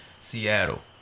Seattle